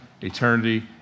eternity